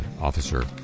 officer